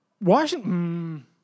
Washington